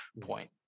point